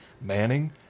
Manning